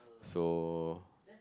so